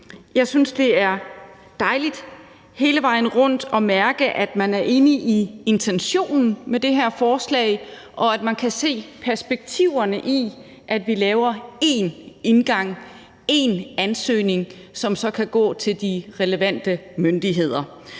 Jeg synes, det er dejligt hele vejen rundt at mærke, at man er enig i intentionen med det her forslag, og at man kan se perspektiverne i, at vi laver én indgang, én ansøgning, som så kan gå til de relevante myndigheder.